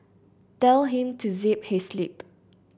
tell him to zip his lip